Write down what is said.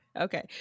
Okay